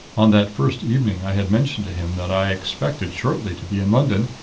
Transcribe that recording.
on that first evening i had mentioned to him that i expected shortly to be in london,